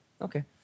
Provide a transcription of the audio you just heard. Okay